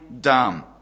dumb